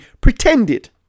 pretended